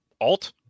Alt